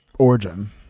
origin